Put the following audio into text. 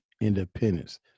independence